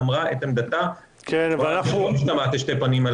אמרה את עמדתה שלא משתמעת לשני פנים על